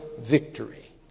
victory